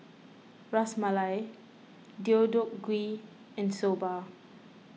Ras Malai Deodeok Gui and Soba